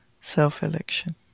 self-election